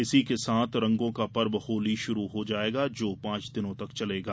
इसी के साथ रंगों का पर्व होली शुरू हो जायेगा जो पांच दिनों तक चलेगा